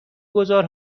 گذار